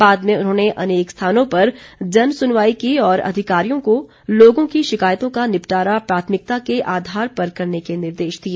बाद में उन्होंने अनेक स्थानों पर जन सुनवाई की और अधिकारियों को लोगों की शिकायतों का निपटारा प्राथमिकता के आधार पर करने के निर्देश दिए